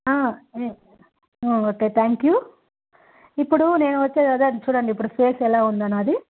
okay thank you ఇప్పుడు నేను వచ్చి అదే చూడండి ఇప్పుడు ఫేస్ ఎలా ఉందో నాది